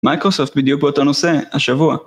מייקרוסופט בדיוק באותו נושא, השבוע.